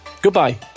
Goodbye